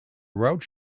route